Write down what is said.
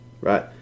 right